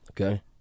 Okay